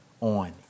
on